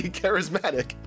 charismatic